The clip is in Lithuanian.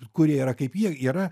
kurie yra kaip jie yra